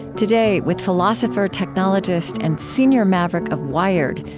today, with philosopher-technologist and senior maverick of wired,